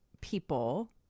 people